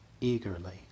Eagerly